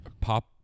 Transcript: Pop